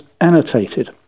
annotated